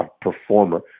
performer